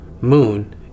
moon